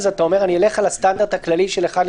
אז אתה אומר אני אלך על הסטנדרט הכללי של 7:1?